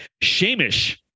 Shamish